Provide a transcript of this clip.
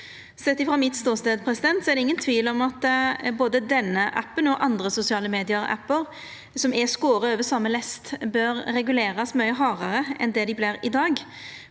Sett frå min ståstad er det ingen tvil om at både denne appen og andre sosiale medium-appar som er skorne over same lest, bør regulerast mykje hardare enn dei vert i dag.